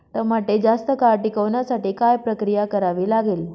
टमाटे जास्त काळ टिकवण्यासाठी काय प्रक्रिया करावी लागेल?